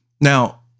Now